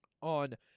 On